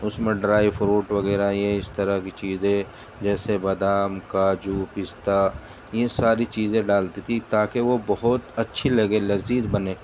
اس میں dry fruit وغیرہ یہ اس طرح کی چیزیں جیسے بادام کاجو پستہ یہ ساری چیزیں ڈالتی تھی تاکہ وہ بہت اچھی لگے لذیذ بنے